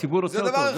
הציבור רוצה אותו.